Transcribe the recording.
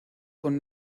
con